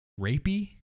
rapey